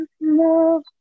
love